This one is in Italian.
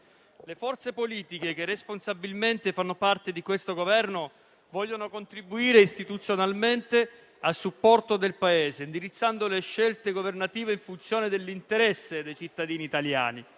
Le forze politiche che responsabilmente fanno parte di questo Governo vogliono contribuire istituzionalmente a supporto del Paese, indirizzando le scelte governative in funzione dell'interesse dei cittadini italiani.